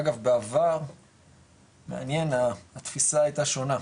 אגב, בעבר, מעניין, התפיסה היתה שונה,